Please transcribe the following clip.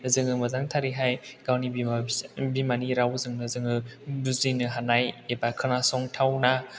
जोङो मोजांथारैहाय गावनि बिमानि रावजोंनो जोङो बुजिनो हानाय एबा खोनासंथावना